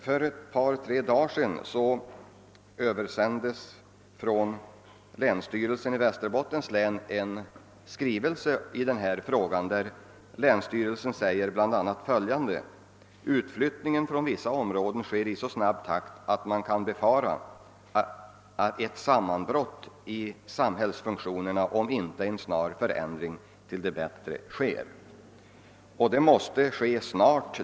För ett par tre dagar sedan översändes från länsstyrelsen i Västerbottens län en skrivelse i denna fråga, där man gör bl.a. följande uttalande: »Utflyttningen från vissa områden sker i så snabb takt att man kan befara ett sammanbrott i samhällsfunktionerna om inte en snar förändring till det bättre sker.» Och förändringen måste ske snart.